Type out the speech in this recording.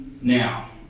now